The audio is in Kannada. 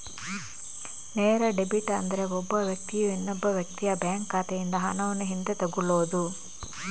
ನೇರ ಡೆಬಿಟ್ ಅಂದ್ರೆ ಒಬ್ಬ ವ್ಯಕ್ತಿಯು ಇನ್ನೊಬ್ಬ ವ್ಯಕ್ತಿಯ ಬ್ಯಾಂಕ್ ಖಾತೆಯಿಂದ ಹಣವನ್ನು ಹಿಂದೆ ತಗೊಳ್ಳುದು